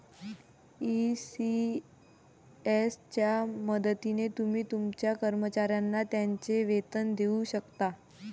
ECS च्या मदतीने तुम्ही तुमच्या कर्मचाऱ्यांना त्यांचे वेतन देऊ शकता